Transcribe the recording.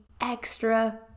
extra